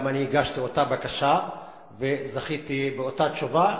גם אני הגשתי אותה בקשה וזכיתי באותה תשובה.